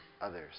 others